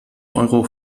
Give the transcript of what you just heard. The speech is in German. euro